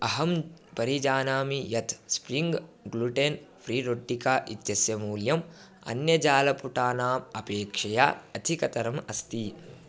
अहं परिजानामि यत् स्प्रिङ्ग् ग्लूटेन् फ़्री रोट्टिका इत्यस्य मूल्यम् अन्यजालपुटानाम् अपेक्षया अधिकतरम् अस्ति